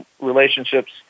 relationships